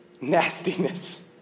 nastiness